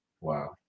Wow